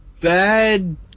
bad